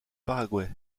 paraguay